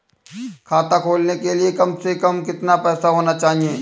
खाता खोलने के लिए कम से कम कितना पैसा होना चाहिए?